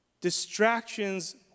Distractions